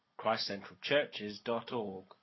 christcentralchurches.org